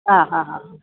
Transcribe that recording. അ അ അ